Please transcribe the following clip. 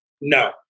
No